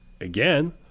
again